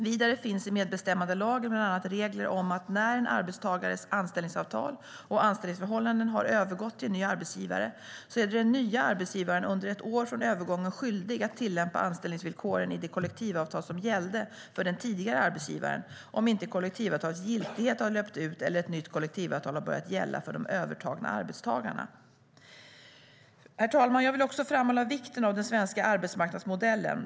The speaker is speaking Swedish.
Vidare finns i medbestämmandelagen bland annat regler om att när en arbetstagares anställningsavtal och anställningsförhållanden har övergått till en ny arbetsgivare är den nya arbetsgivaren under ett år från övergången skyldig att tillämpa anställningsvillkoren i det kollektivavtal som gällde för den tidigare arbetsgivaren, om inte kollektivavtalets giltighet har löpt ut eller ett nytt kollektivavtal har börjat gälla för de övertagna arbetstagarna. Herr talman! Jag vill också framhålla vikten av den svenska arbetsmarknadsmodellen.